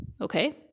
okay